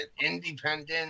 Independent